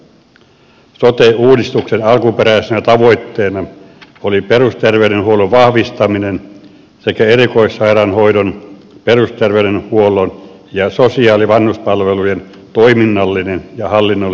sote uudistuksen alkuperäisenä tavoitteena oli perusterveydenhuollon vahvistaminen sekä erikoissairaanhoidon perusterveydenhuollon ja sosiaali ja vanhuspalvelujen toimin nallinen ja hallinnollinen integrointi